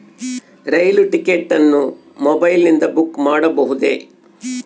ರೈಲು ticket ಅನ್ನು ಮೊಬೈಲಿಂದ book ಮಾಡಬಹುದೆ?